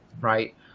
right